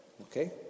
Okay